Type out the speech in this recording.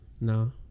No